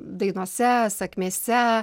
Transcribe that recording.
dainose sakmėse